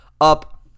up